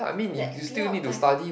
that period of time